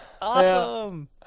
Awesome